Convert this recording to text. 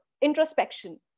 introspection